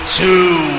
two